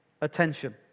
attention